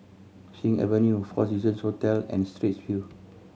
Sing Avenue Four Seasons Hotel and Straits View